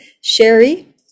Sherry